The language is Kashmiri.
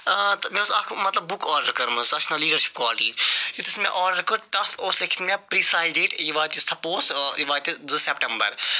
تہٕ مےٚ ٲسۍ اکھ مَطلَب بُک آرڈر کٔرمٕژ تتھ چھُ ناو لیٖڈَرشِپ کالٹیٖز یُتھے سُہ مےٚ آرڈر کٔر تتھ اوس لیٚکھِتھ مےٚ پرٛیٖسایز ییٚتہِ یہِ واتہِ سَپوز یہِ واتہِ زٕ سیٚپٹیٚمبَر